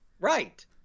Right